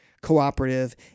cooperative